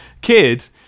kid